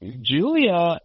Julia